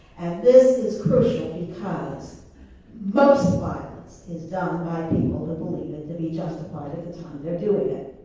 and this is crucial because most violence is done by people who believe it to be justified at the time of their doing it.